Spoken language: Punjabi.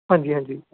ਹਾਂਜੀ ਹਾਂਜੀ